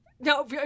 No